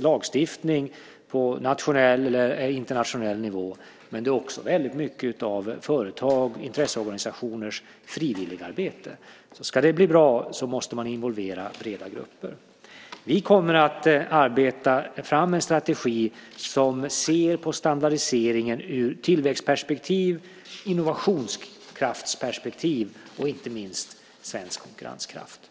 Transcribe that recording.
lagstiftning på nationell eller internationell nivå och mycket av företags och intresseorganisationers frivilligarbete. Om det ska bli bra måste man involvera breda grupper. Vi kommer att arbeta fram en strategi som ser på standardiseringen ur tillväxtperspektiv, innovationskraftsperspektiv och, inte minst, svensk konkurrenskraft.